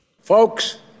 Folks